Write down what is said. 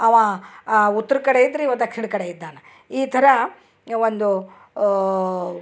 ಅವಾ ಉತ್ರ್ ಕಡೆ ಇದ್ರ್ ಇವ ದಕ್ಷಿಣದ್ ಕಡೆ ಇದ್ದಾನ ಈ ಥರ ಒಂದು